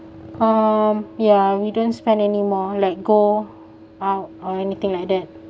um yeah we didn't spend anymore like go out or anything like that